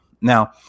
Now